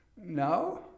No